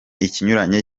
ikinyuranyo